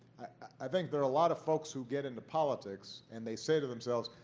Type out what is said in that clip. i think there are a lot of folks who get into politics and they say to themselves,